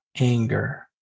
anger